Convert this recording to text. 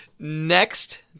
next